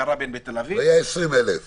ואקט שני לא היה בסמכות המנכ"ל.